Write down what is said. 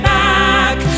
back